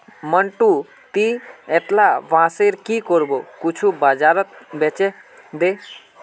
मंटू, ती अतेला बांसेर की करबो कुछू बाजारत बेछे दे